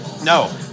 No